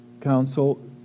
council